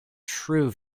true